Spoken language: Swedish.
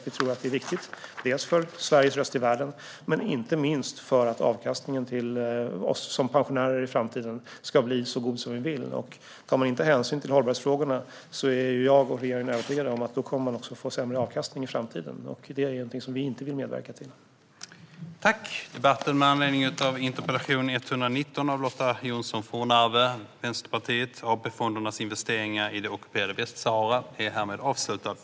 Vi tror att det är viktigt dels för Sveriges röst i världen, dels, och inte minst, för att avkastningen till oss som pensionärer i framtiden ska bli så god som vi vill. Om man inte tar hänsyn till hållbarhetsfrågorna är jag och regeringen övertygade om att man också kommer att få sämre avkastning i framtiden. Det är någonting som vi inte vill medverka till.